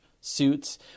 suits